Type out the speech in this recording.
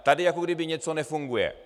Tady jako když něco nefunguje.